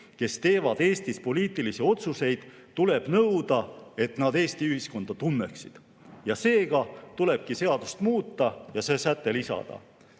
kes teevad Eestis poliitilisi otsuseid, nõuda, et nad Eesti ühiskonda tunneksid. Ja seega tulebki seadust muuta ja see säte lisada.